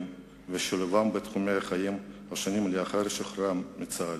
ושילובם בתחומי החיים השונים לאחר שחרורם מצה"ל.